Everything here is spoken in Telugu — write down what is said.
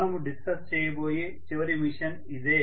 మనము డిస్కస్ చేయబోయే చివరి మెషిన్ ఇదే